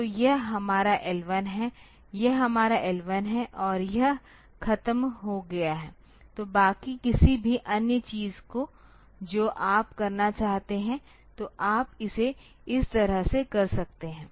तो यह हमारा L1 है यह हमारा L1 है और यह खत्म हो गया है तो बाकी किसी भी अन्य चीज को जो आप करना चाहते हैं तो आप इसे इस तरह से कर सकते हैं